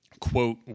quote